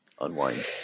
unwind